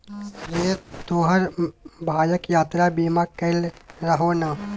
रे तोहर भायक यात्रा बीमा कएल रहौ ने?